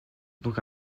donc